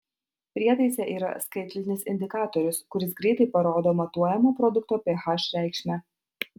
prietaise yra skaitlinis indikatorius kuris greitai parodo matuojamo produkto ph reikšmę